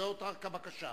זאת רק הבקשה.